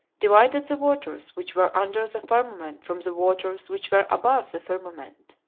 divided the waters which were under the firmament from the waters which were above the firmament.